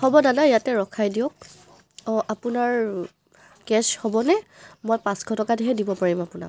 হ'ব দাদা ইয়াতে ৰখাই দিয়ক অঁ আপোনাৰ কেছ হ'বনে মই পাঁচশ টকাটোহে দিব পাৰিম আপোনাক